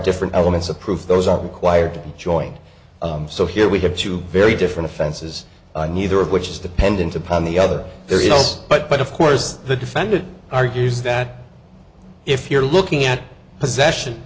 different elements of proof those are required to join so here we have two very different offenses neither of which is dependent upon the other there is but but of course the defendant argues that if you're looking at possession